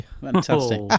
Fantastic